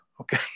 okay